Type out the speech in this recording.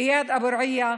איאד אבו רעיה,